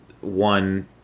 one